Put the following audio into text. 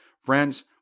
friends